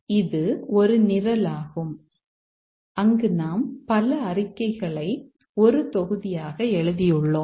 இது ஒரு நிரலாகும் அங்கு நாம் பல அறிக்கைகளை ஒரு தொகுதியாக எழுதியுள்ளோம்